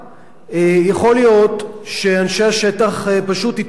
יכול להיות שאנשי השטח פשוט הטעו אותך,